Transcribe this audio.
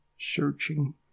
searching